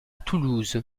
toulouse